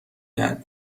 کرد